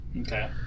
Okay